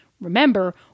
remember